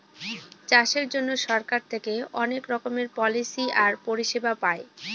চাষের জন্য সরকার থেকে অনেক রকমের পলিসি আর পরিষেবা পায়